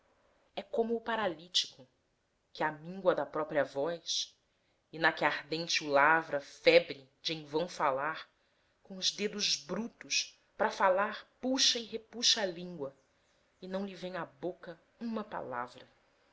é como o paralítico que à míngua da própria voz e na que ardente o lavra febre de em vão falar com os dedos brutos para falar puxa e repuxa a língua e não lhe vem à boca uma palavra